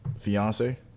fiance